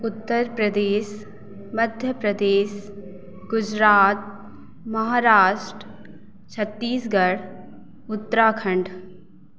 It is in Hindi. उत्तर प्रदेश मध्य प्रदेश गुजरात महाराष्ट्र छत्तीसगढ़ उत्तराखंड